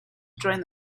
joined